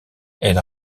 elle